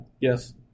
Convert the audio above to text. Yes